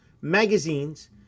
magazines